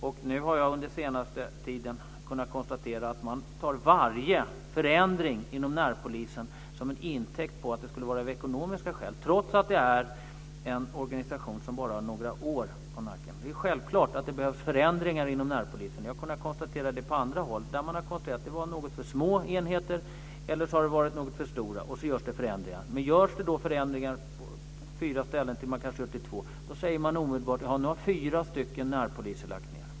Den senaste tiden har jag kunnat konstatera att man tar varje förändring inom närpolisen som en intäkt för att ekonomin är dålig, trots att det är en organisation som bara har några år på nacken. Det är självklart att det behövs förändringar inom närpolisen. På vissa håll har det konstaterats att det har varit något för små enheter, eller så har det varit något för stora enheter. Så görs det förändringar. Görs det förändringar på så sätt att fyra ställen slås ihop till två säger man omedelbart att fyra närpolisstationer har lagts ned.